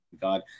God